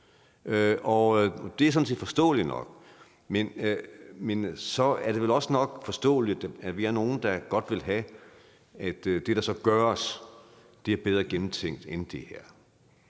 Det er sådan set forståeligt nok, men så er det vel også forståeligt, at vi er nogle, der godt vil have, at det, der så gøres, er bedre gennemtænkt end det her.